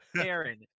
Aaron